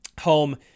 home